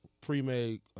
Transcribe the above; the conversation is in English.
pre-made